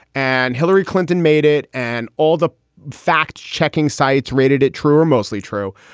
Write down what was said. and hillary clinton made it and all the fact checking sites rated it true or mostly true.